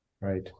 Right